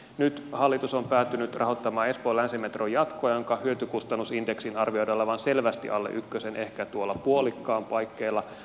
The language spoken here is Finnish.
nyt hallitus on päätynyt rahoittamaan espoon länsimetron jatkoa jonka hyötykustannus indeksin arvioidaan olevan selvästi alle ykkösen ehkä tuolla puolikkaan paikkeilla